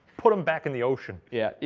put them back in the ocean. yeah,